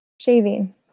shaving